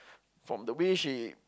from the way she